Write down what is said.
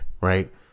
right